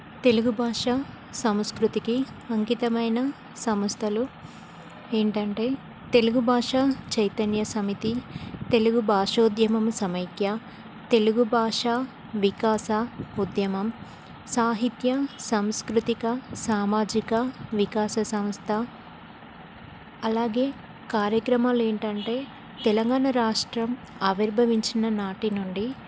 తెలుగు భాష సంస్కృతికి అంకితమైన సమస్థలు ఏంటంటే తెలుగు భాష చైతన్య సమితి తెలుగు భాషోద్యమం సమైక్య తెలుగు భాష వికాస ఉద్యమం సాహిత్య సంస్కృతిక సామాజిక వికాస సంస్థ అలాగే కార్యక్రమాలేంటంటే తెలంగాణ రాష్ట్రం ఆవిర్భవించిన నాటినుండి